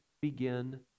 begin